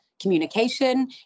communication